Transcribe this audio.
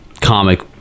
comic